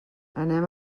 anem